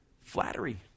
Flattery